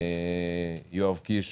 יואב קיש